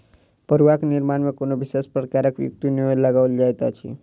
फड़ुआक निर्माण मे कोनो विशेष प्रकारक युक्ति नै लगाओल जाइत अछि